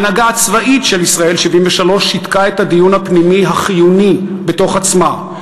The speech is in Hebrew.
ההנהגה הצבאית של ישראל 1973 שיתקה את הדיון הפנימי החיוני בתוך עצמה.